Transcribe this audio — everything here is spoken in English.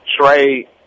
Trey